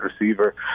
receiver